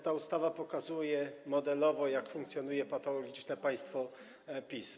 Ta ustawa pokazuje modelowo, jak funkcjonuje patologiczne państwo PiS.